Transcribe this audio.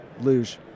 Luge